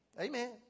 Amen